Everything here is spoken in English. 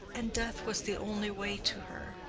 and death was the only way to her.